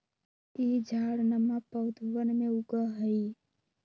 ई झाड़नमा पौधवन में उगा हई